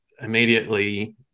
immediately